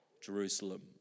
Jerusalem